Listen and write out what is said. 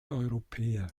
europäer